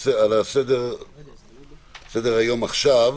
על סדר-היום עכשיו